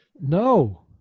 No